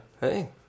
Hey